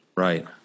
Right